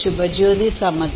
Subhajyoti Samaddar Dr